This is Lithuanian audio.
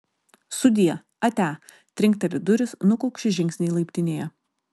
sudie atia trinkteli durys nukaukši žingsniai laiptinėje